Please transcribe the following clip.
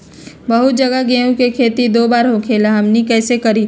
बहुत जगह गेंहू के खेती दो बार होखेला हमनी कैसे करी?